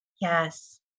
Yes